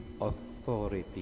authority